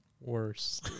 worse